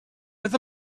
was